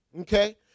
Okay